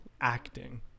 acting